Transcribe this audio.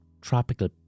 tropical